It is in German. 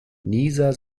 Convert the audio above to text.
nieser